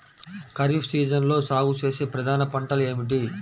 ఖరీఫ్ సీజన్లో సాగుచేసే ప్రధాన పంటలు ఏమిటీ?